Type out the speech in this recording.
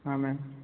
हाँ मैम